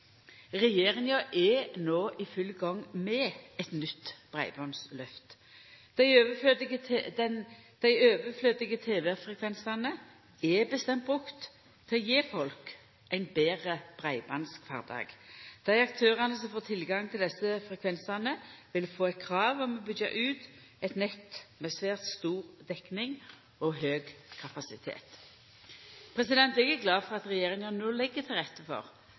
Regjeringa er no i full gang med eit nytt breibandslyft. Dei overflødige tv-frekvensane er det bestemt at skal brukast til å gje folk ein betre breibandskvardag. Dei aktørane som får tilgang til desse frekvensane, vil få eit krav om å byggja ut eit nett med svært stor dekning og høg kapasitet. Eg er glad for at regjeringa no legg til rette for